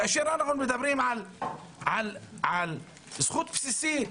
כאשר אנחנו מדברים על זכות בסיסית,